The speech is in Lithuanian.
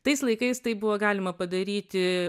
tais laikais tai buvo galima padaryti